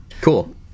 Cool